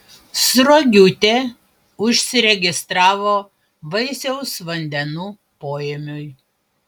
sruogiūtė užsiregistravo vaisiaus vandenų poėmiui